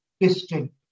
distinct